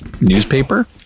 newspaper